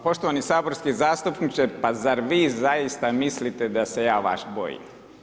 Poštovani saborski zastupniče, pa zar vi zaista mislite da se ja vas bojim?